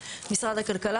התברר,